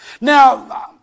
Now